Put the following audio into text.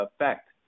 effect